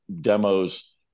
demos